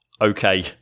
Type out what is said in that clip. okay